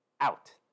out